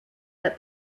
that